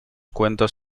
cuentos